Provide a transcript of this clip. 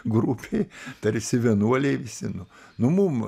grupėj tarsi vienuoliai visi nu nu mum